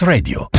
Radio